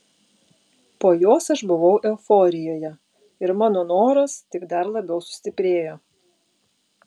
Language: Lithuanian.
po jos aš buvau euforijoje ir mano noras tik dar labiau sustiprėjo